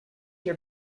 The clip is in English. your